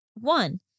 One